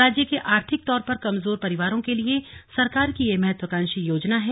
राज्य के आर्थिक तौर पर कमजोर परिवारों के लिए सरकार की ये महत्वाकांक्षी योजना है